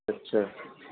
اچھا